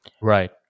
right